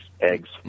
eggs